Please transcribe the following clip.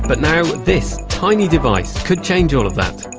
but now this tiny device could change all that,